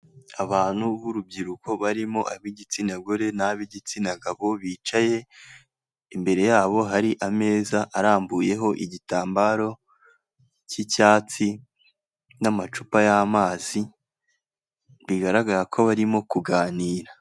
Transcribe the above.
Abantu b'urubyiruko barimo ab'igitsina gore n'ab'igitsina gabo bicaye imbere yabo hari ameza arambuyeho igitambaro cy'icyatsi n'amacupa y'amazi bigaragara ko barimo kuganira.